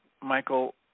Michael